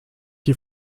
die